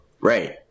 Right